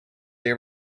they